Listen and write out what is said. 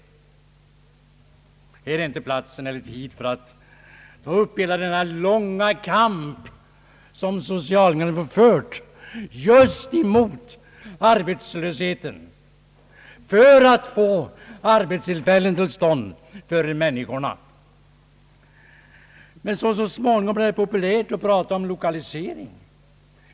Här är inte platsen eller tidpunkten att redovisa den långa kamp som socialdemokraterna fört just mot arbetslösheten för att skapa arbetstillfällen för människorna. Men så småningom blev det populärt att prata om lokalisering.